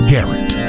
Garrett